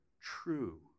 true